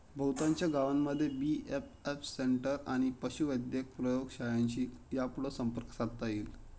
बहुतांश गावांमध्ये BAF centre आणि पशुवैद्यक प्रयोगशाळांशी यापुढं संपर्क साधता येईल